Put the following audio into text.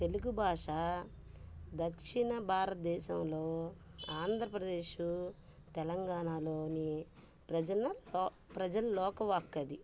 తెలుగు భాష దక్షిణ భారతదేశంలో ఆంధ్రప్రదేశ్ తెలంగాణలోని ప్రజల లోక వాక్కది